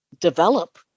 develop